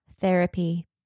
therapy